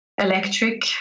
electric